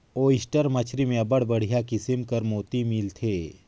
oyster मछरी में अब्बड़ बड़िहा किसिम कर मोती मिलथे